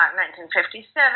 1957